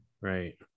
right